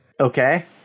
Okay